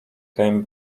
game